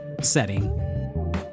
setting